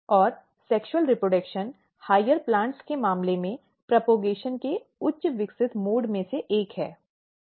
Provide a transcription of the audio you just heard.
और sexual reproduction उच्च पौधों के मामले में प्रॉपगेशनPropagation के उच्च विकसित मोड में से एक है